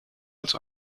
als